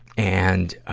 and, ah,